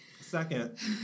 Second